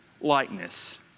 likeness